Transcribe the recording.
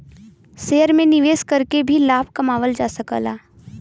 share में निवेश करके भी लाभ कमावल जा सकला